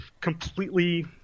completely